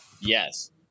Yes